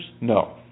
No